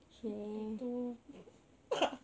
potato